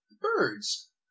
Birds